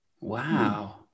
wow